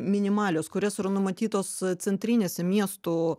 minimalios kurias ir numatytos centrinėse miesto